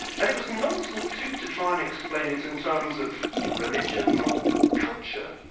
and it was nonsense too to try and explain it in terms of religion or or culture.